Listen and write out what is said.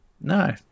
No